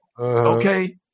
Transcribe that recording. Okay